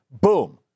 boom